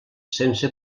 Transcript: sense